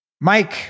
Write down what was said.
Mike